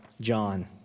John